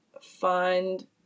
find